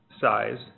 size